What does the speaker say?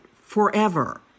forever